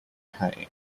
pain